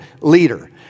leader